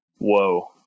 Whoa